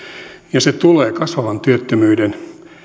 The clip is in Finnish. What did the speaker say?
ja se tulee kasvavan työttömyyden